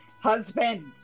husband